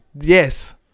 Yes